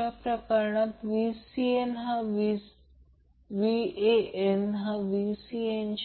या प्रकरणात काँजुगेट कारण हे Z